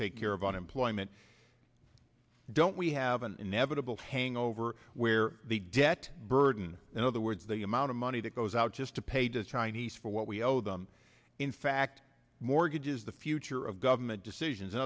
of unemployment don't we have an inevitable hangover where the debt burden in other words the amount of money that goes out just to pay to chinese for what we owe them in fact mortgages the future of government decisions